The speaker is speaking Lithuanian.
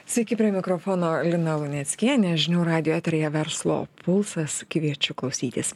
sveiki prie mikrofono lina luneckienė žinių radijo eteryje verslo pulsas kviečiu klausytis